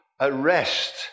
arrest